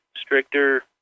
stricter